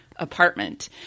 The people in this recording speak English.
Apartment